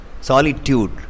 solitude